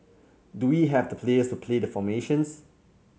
do we have the players to play the formations